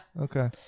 Okay